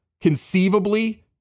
conceivably